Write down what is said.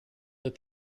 that